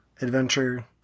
adventure